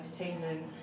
entertainment